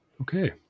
Okay